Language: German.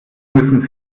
müssen